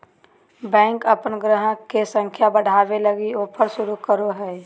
bank अपन गाहक के संख्या बढ़ावे लगी ऑफर शुरू करो हय